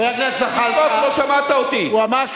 חבר הכנסת זחאלקה, לא שמעת אותי, הוא אמר שהוא